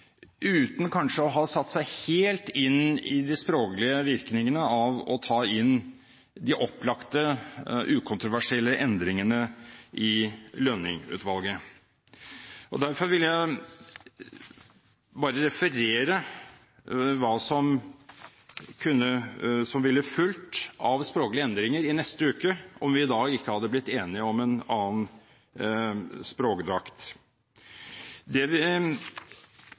uten kanskje å ha satt seg helt inn i de språklige virkningene av å ta inn de opplagte, ukontroversielle endringene i rapporten fra Lønning-utvalget. Derfor vil jeg bare referere hva som ville fulgt av språklige endringer i neste uke om vi i dag ikke hadde blitt enige om en annen språkdrakt. Det vi